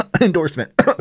endorsement